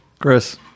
chris